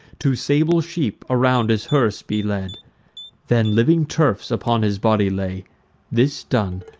two sable sheep around his hearse be led then, living turfs upon his body lay this done,